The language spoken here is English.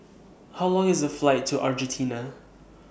How Long IS The Flight to Argentina